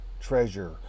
treasure